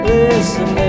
Listen